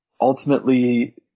ultimately